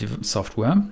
software